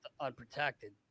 unprotected